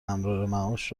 امرارمعاش